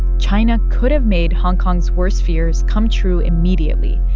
china could have made hong kong's worst fears come true immediately.